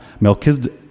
Melchizedek